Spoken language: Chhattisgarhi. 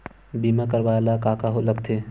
बीमा करवाय ला का का लगथे?